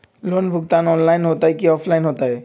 Loan भुगतान online होतई कि ऑफलाइन होतई?